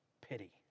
pity